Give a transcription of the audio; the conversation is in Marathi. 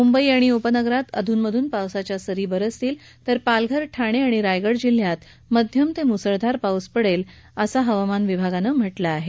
मुंबई आणि उपनगरात अध्नमध्न पावसाच्या सरी बरसतील तर पालघर ठाणे आणि रायगड जिल्ह्यात मध्यम ते मुसळधार पाऊस पडेल असंही हवामान विभागानं म्हटलं आहे